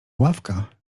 ławka